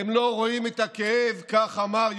הם לא רואים את הכאב, כך אמר